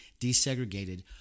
desegregated